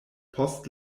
post